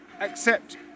accept